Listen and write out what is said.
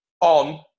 on